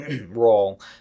role